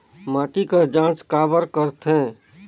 माटी कर जांच काबर करथे?